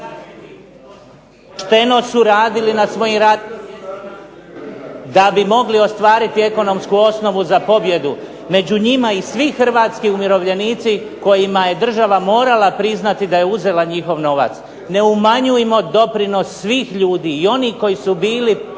pošteno su radili na svojim radnim mjestima da bi mogli ostvariti ekonomsku osnovu za pobjedu. Među njima i svi hrvatski umirovljenici kojima je država morala priznati da je uzela njihov novac. Ne umanjujmo doprinos svih ljudi. I onih koji su bili